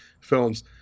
films